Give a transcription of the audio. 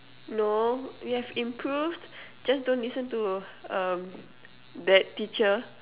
no it has improved just don't listen to um that teacher